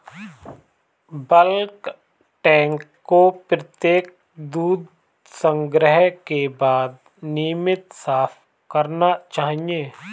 bulk tank को प्रत्येक दूध संग्रह के बाद नियमित साफ करना चाहिए